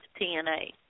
TNA